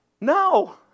No